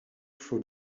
for